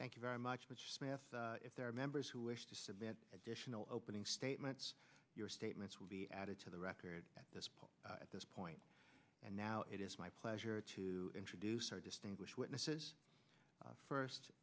thank you very much but if there are members who wish to submit additional opening statements your statements will be added to the record at this point at this point and now it is my pleasure to introduce our distinguished witnesses first